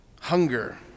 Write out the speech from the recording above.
hunger